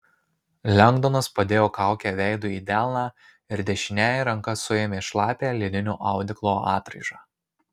lengdonas padėjo kaukę veidu į delną ir dešiniąja ranka suėmė šlapią lininio audeklo atraižą